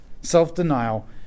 Self-denial